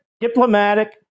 diplomatic